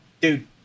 Dude